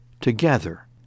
together